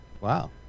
Wow